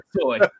toy